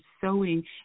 sewing